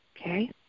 okay